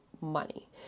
money